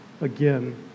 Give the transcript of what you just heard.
again